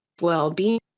well-being